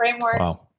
framework